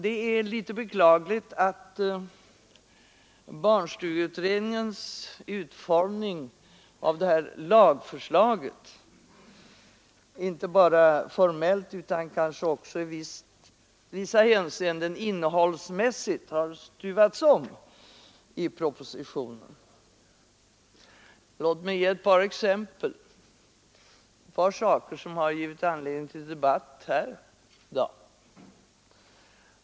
Det är litet beklagligt att barnstugeutredningens utformning av detta lagförslag inte bara formellt utan också i vissa hänseenden innehållsmässigt har stuvats om i propositionen. Låt mig ge ett par exempel — ett par saker som givit anledning till debatt här i dag.